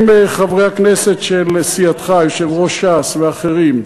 אם חברי הכנסת של סיעתך, יושב-ראש ש"ס ואחרים,